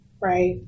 right